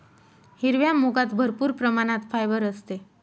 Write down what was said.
हिरव्या मुगात भरपूर प्रमाणात फायबर असते